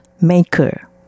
maker